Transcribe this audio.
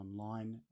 online